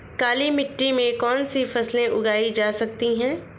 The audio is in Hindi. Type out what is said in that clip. काली मिट्टी में कौनसी फसलें उगाई जा सकती हैं?